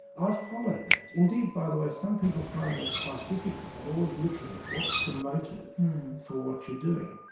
i've followed that, indeed by the way, some people find that quite difficult, they're always looking at what's the motive for what you're doing.